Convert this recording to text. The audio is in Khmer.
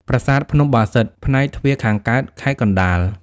ប្រាសាទភ្នំបាសិទ្ធ (ផ្នែកទ្វារខាងកើត) (ខេត្តកណ្តាល)។